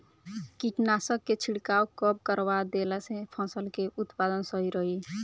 कीटनाशक के छिड़काव कब करवा देला से फसल के उत्पादन सही रही?